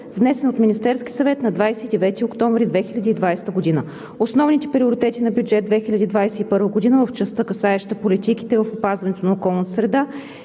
внесен от Министерския съвет на 29 октомври 2020 г. Основните приоритети на бюджет 2021 г. в частта, касаеща политиките в опазването на околната среда,